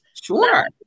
sure